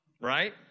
right